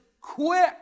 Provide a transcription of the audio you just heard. quick